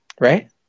right